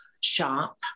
shop